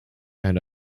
and